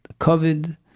COVID